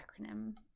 acronym